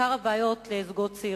אני גם שמחה לבשר לך שבדיוק היום הקמתי